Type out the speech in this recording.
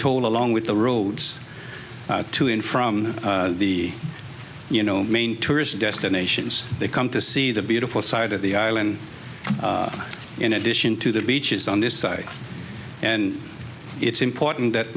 toll along with the roads to and from the you know main tourist destinations they come to see the beautiful side of the island in addition to the beaches on this side and it's important that